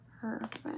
Perfect